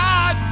God